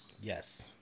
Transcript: Yes